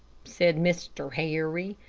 said mr. harry.